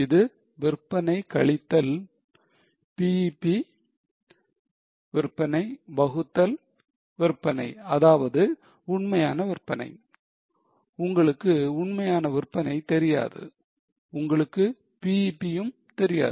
இது விற்பனை கழித்தல் BEP விற்பனை வகுத்தல் விற்பனை அதாவது உண்மையான விற்பனை உங்களுக்கு உண்மையான விற்பனை தெரியாது உங்களுக்கு BEP யும் தெரியாது